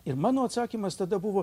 ir mano atsakymas tada buvo